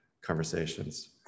conversations